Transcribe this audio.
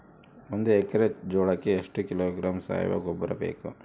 ಒಂದು ಎಕ್ಕರೆ ಜೋಳಕ್ಕೆ ಎಷ್ಟು ಕಿಲೋಗ್ರಾಂ ಸಾವಯುವ ಗೊಬ್ಬರ ಬೇಕು?